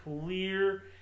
clear